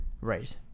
Right